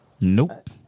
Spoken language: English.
Nope